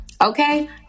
Okay